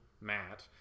Matt